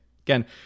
Again